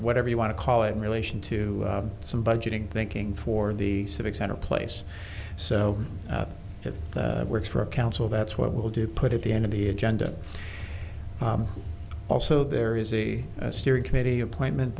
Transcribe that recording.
whatever you want to call it relation to some budgeting thinking for the civic center place so it works for a council that's what we'll do put at the end of the agenda also there is a steering committee appointment